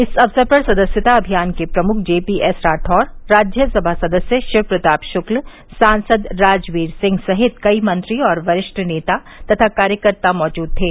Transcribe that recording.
इस अवसर पर सदस्यता अभियान के प्रमुख जेपीएस रावैर राज्यसभा सदस्य शिव प्रताप शुक्ल सांसद राजवीर सिंह सहित कई मंत्री और वरिष्ठ नेता तथा कार्यकर्ता मौजूद थे